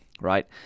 right